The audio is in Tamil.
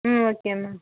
ம் ஓகே மேம்